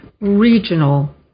regional